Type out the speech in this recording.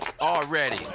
already